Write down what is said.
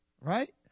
Right